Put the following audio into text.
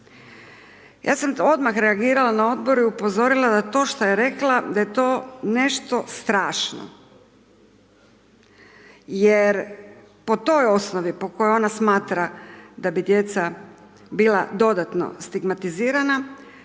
Ja sam tu odmah reagirala na Odboru i upozorila da to što je rekla, da je to nešto strašno, jer po toj osnovi po kojoj ona smatra da bi djeca bila dodatno stigmatizirana,